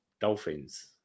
Dolphins